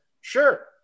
sure